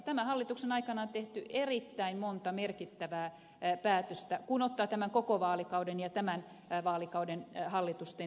tämän hallituksen aikana on tehty erittäin monta merkittävää päätöstä kun ottaa tämän koko vaalikauden ja tämän vaalikauden ja hallitusti